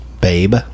Babe